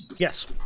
Yes